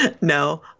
No